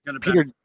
Peter